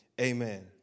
amen